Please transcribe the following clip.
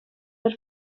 per